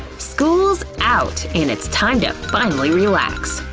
school's out and it's time to finally relax.